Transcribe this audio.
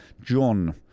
John